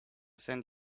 send